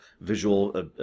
visual